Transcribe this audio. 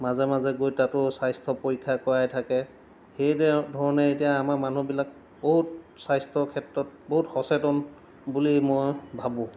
মাজে মাজে গৈ তাতো স্বাস্থ্য পৰীক্ষা কৰাই থাকে সেইধৰণে এতিয়া আমাৰ মানুহবিলাক বহুত স্বাস্থ্যৰ ক্ষেত্ৰত বহুত সচেতন বুলি মই ভাবোঁ